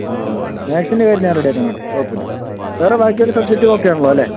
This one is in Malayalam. ആ ഓക്കേ മാത്സിൻ്റെ കാര്യം ഞാൻ റെഡിയാക്കാം മാഡം കുഴപ്പമില്ല വേറെ ബാക്കിയെല്ലാ സബ്ജക്റ്റും ഒക്കെയാണല്ലൊ അല്ലെ